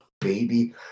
baby